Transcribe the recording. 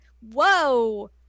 Whoa